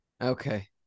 Okay